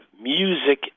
music